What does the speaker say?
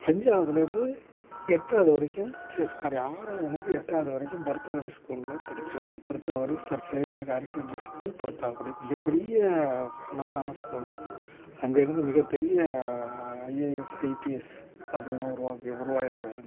அஞ்சாவதுலேருந்து எட்டாவது வரைக்கும் ச்சே ஸாரி ஆறாவதுலேருந்து எட்டாவது வரைக்கும் புறத்தாக்குடி ஸ்கூலில் படித்தேன் Purathakudi sir Xavier higher secondary school Purathakudi மிகப் பெரிய ஃபேமஸான ஸ்கூலு அங்கிருந்து மிகப் பெரிய ஐஏஎஸ் ஐபிஎஸ் அப்புடில்லாம் உருவாக்கி உருவாகிருக்குறாங்க